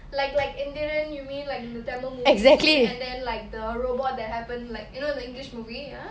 like like enthiran you mean like in the tamil movies scene and then like the robot that happened like you know the english movie ya